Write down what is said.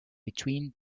between